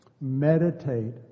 Meditate